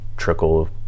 trickle